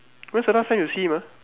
when's the last time you see him ah